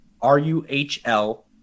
R-U-H-L